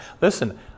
Listen